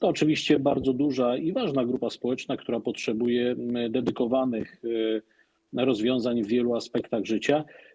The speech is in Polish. To bardzo duża i ważna grupa społeczna, która potrzebuje dedykowanych rozwiązań w wielu aspektach życia.